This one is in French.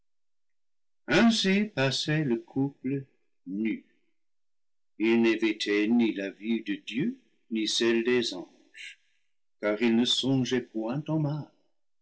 ainsi passait le couple nu il n'évitait ni la vue de dieu ni celle des anges car il ne songeait point au mal